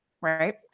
right